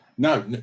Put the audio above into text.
No